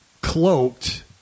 cloaked